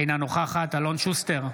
אינה נוכחת אלון שוסטר,